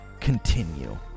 continue